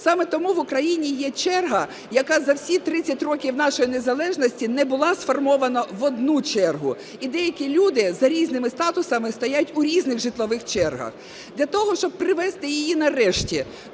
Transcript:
Саме тому в Україні є черга, яка за всі 30 років нашої незалежності не була сформована в одну чергу, і деякі люди за різними статусами стоять у різних житлових чергах. Для того, щоб привести її нарешті